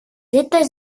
états